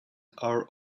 our